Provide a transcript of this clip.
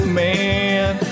man